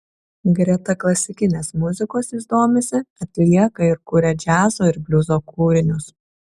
greta klasikinės muzikos jis domisi atlieka ir kuria džiazo ir bliuzo kūrinius